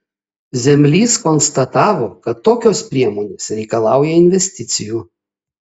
zemlys konstatavo kad tokios priemonės reikalauja investicijų